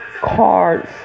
cards